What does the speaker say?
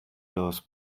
los